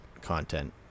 content